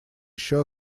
ещё